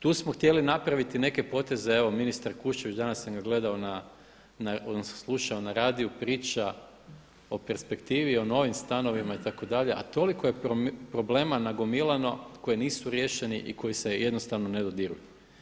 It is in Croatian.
Tu smo htjeli napraviti neke poteže, evo ministar Kuščević, dans sam ga gledao, odnosno slušao na radiju priča o perspektivi, o novim stanovima itd., a to liko je problema nagomilano koji nisu riješeni i koji se jednostavno ne dodiruju.